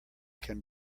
can